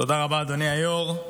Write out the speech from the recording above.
תודה רבה, אדוני היו"ר.